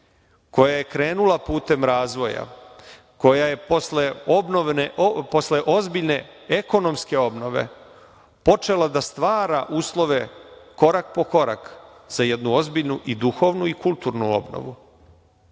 koja je krenula putem razvoja, koja je posle ozbiljne ekonomske obnove počela da stvara uslove korak po korak za jednu ozbiljnu i duhovnu i kulturnu obnovu,